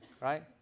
Right